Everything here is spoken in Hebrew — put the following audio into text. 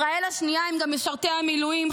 ישראל השנייה היא גם משרתי המילואים,